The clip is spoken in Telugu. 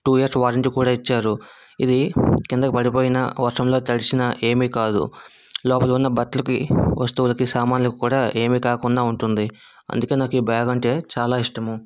టూ ఇయర్స్ వారెంటీ కూడా ఇచ్చారు ఇది కిందకు పడిపోయిన వర్షంలో తడిసిన ఏమి కాదు లోపల ఉన్న బట్టలకి వస్తువులకి సామానులకు కూడా ఏమి కాకుండా ఉంటుంది అందుకే నాకు ఈ బ్యాగ్ అంటే చాలా ఇష్టం